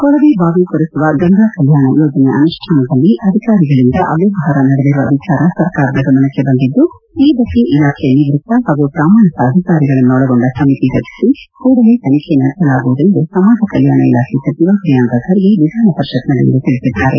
ಕೊಳವೆಬಾವಿ ಕೊರೆಸುವ ಗಂಗಾಕಲ್ಯಾಣ ಯೋಜನೆಯ ಅನುಷ್ಠಾನದಲ್ಲಿ ಅಧಿಕಾರಿಗಳಿಂದ ಅವ್ಯವಹಾರ ನಡೆದಿರುವ ವಿಚಾರ ಸರ್ಕಾರದ ಗಮನಕ್ಕೆ ಬಂದಿದ್ದು ಈ ಬಗ್ಗೆ ಇಲಾಖೆಯ ನಿವೃತ್ತ ಹಾಗೂ ಪ್ರಮಾಣಿಕ ಅಧಿಕಾರಿಗಳನ್ನು ಒಳಗೊಂಡ ಸಮಿತಿ ರಚಿಸಿ ಕೂಡಲೇ ತನಿಖೆ ನಡೆಸಲಾಗುವುದು ಎಂದು ಸಮಾಜ ಕಲ್ಯಾಣ ಇಲಾಖೆ ಸಚಿವ ಪ್ರಿಯಾಂಕ್ ಖರ್ಗೆ ವಿಧಾನ ಪರಿಷತ್ತಿನಲ್ಲಿಂದು ತಿಳಿಸಿದ್ದಾರೆ